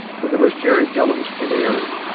but there was jerry's gullen's canary,